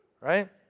Right